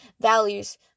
values